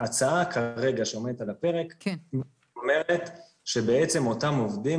ההצעה כרגע שעומדת על הפרק אומרת שבעצם אותם עובדים